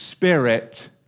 spirit